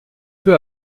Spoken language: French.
peu